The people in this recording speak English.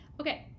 okay